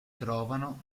trovano